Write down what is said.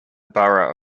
borough